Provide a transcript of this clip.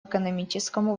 экономическому